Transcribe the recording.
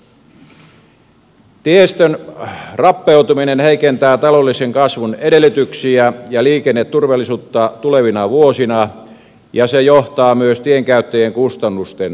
tiestön rappeutuminen heikentää taloudellisen kasvun edellytyksiä ja liikenneturvallisuutta tulevina vuosina ja se johtaa myös tien käyttäjien kustannusten nousuun